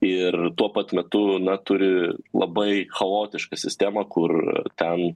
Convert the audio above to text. ir tuo pat metu na turi labai chaotišką sistemą kur ten